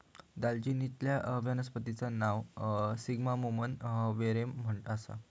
दालचिनीचच्या वनस्पतिचा नाव सिन्नामोमम वेरेम आसा